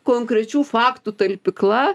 konkrečių faktų talpykla